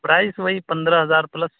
price وہی پندرہ ہزار پلس